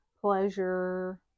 pleasure